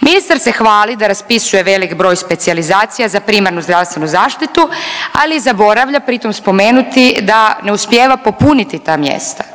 Ministar se hvali da raspisuje velik broj specijalizacija za primarnu zdravstvenu zaštitu, ali zaboravlja pritom spomenuti da ne uspijeva popuniti ta mjesta